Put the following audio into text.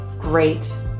Great